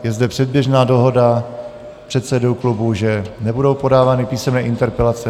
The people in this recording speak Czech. Je zde předběžná dohoda předsedů klubů, že nebudou podávány písemné (?) interpelace.